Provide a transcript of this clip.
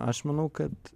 aš manau kad